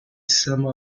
some